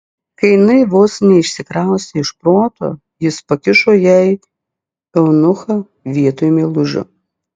kai jinai vos neišsikraustė iš proto jis pakišo jai eunuchą vietoj meilužio